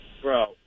Bro